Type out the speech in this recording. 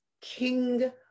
King